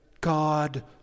God